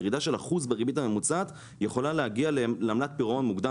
ירידה של 1% בריבית הממוצעת יכולה להגיע לעמלת פירעון מוקדם,